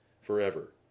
forever